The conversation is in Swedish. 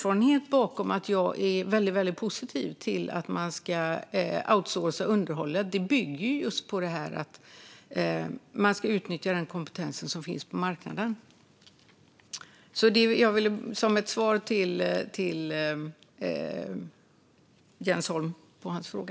Att jag är väldigt positiv till att outscourca underhållet bygger just på att jag tycker att man ska utnyttja den kompetens som finns på marknaden. Det är mitt svar till Jens Holm på hans fråga.